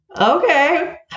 Okay